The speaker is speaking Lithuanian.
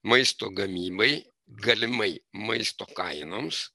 maisto gamybai galimai maisto kainoms